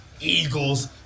Eagles